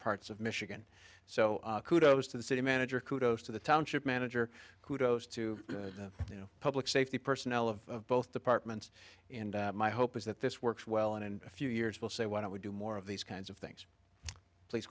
parts of michigan so kudos to the city manager kudos to the township manager kudos to you know public safety personnel of both departments and my hope is that this works well and in a few years will say why don't we do more of these kinds of things pl